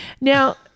Now